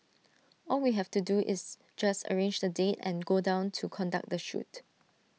all we have to do is just arrange the date and go down to conduct the shoot